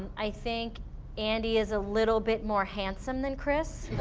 i think andy is a little bit more handsome than chris.